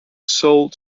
sold